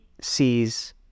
sees